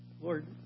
Lord